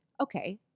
okay